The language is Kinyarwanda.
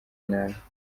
nawe